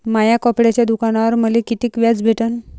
माया कपड्याच्या दुकानावर मले कितीक व्याज भेटन?